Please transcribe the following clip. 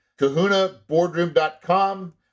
kahunaboardroom.com